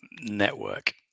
network